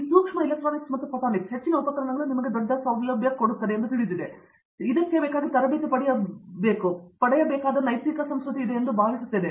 ಈ ಸೂಕ್ಷ್ಮ ಎಲೆಕ್ಟ್ರಾನಿಕ್ಸ್ ಮತ್ತು ಫೋಟೊನಿಕ್ಸ್ ಹೆಚ್ಚಿನ ಉಪಕರಣಗಳು ನಿಮಗೆ ದೊಡ್ಡ ಸೌಲಭ್ಯಗಳನ್ನು ತಿಳಿದಿವೆ ಮತ್ತು ಯಾವುದಕ್ಕಿಂತ ತರಬೇತಿ ಪಡೆಯಬಹುದಾದ ಹೆಚ್ಚು ನೈತಿಕ ಸಂಸ್ಕೃತಿಯಿದೆ ಎಂದು ನಾನು ಭಾವಿಸುತ್ತೇನೆ